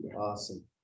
awesome